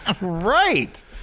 Right